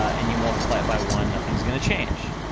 and you multiply it by one, nothing's gonna change.